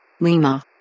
Lima